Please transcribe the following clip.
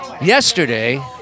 yesterday